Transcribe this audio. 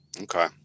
Okay